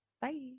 Bye